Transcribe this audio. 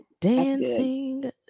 dancing